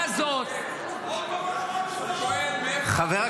והמורה הזאת שמלמדת --- עוד פעם